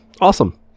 Awesome